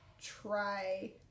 try